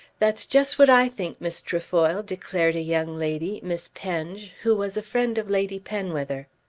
that's just what i think, miss trefoil, declared a young lady, miss penge, who was a friend of lady penwether.